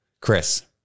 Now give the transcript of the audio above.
Chris